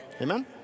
Amen